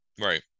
Right